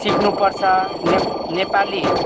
सिक्नु पर्छ नेपाली